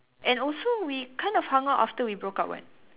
and also we kind of hung out after we broke up [what]